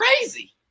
crazy